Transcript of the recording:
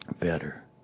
better